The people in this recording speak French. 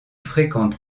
fréquente